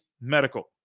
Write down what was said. Medical